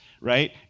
right